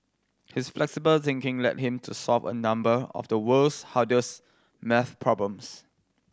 his flexible thinking led him to solve a number of the world's hardest maths problems